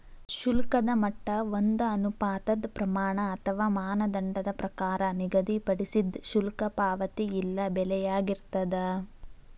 ಶುಲ್ಕದ ಮಟ್ಟ ಒಂದ ಅನುಪಾತದ್ ಪ್ರಮಾಣ ಅಥವಾ ಮಾನದಂಡದ ಪ್ರಕಾರ ನಿಗದಿಪಡಿಸಿದ್ ಶುಲ್ಕ ಪಾವತಿ ಇಲ್ಲಾ ಬೆಲೆಯಾಗಿರ್ತದ